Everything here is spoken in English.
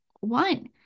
one